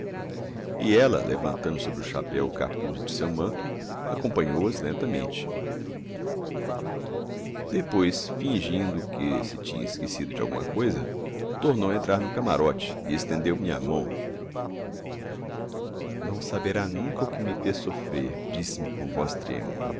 e ela levantando sobre o chapéu o capuz de seu manto acompanhou as lentamente depois fingindo que se tinha esquecido de alguma coisa tornou a entrar no camarote e estendeu-me a mão não saberá nunca o que me fez sofrer disse-me com a voz trêmula